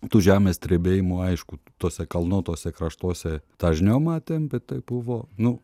tų žemės drebėjimų aišku tuose kalnuotuose kraštuose dažniau matėm bet tai buvo nu